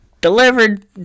Delivered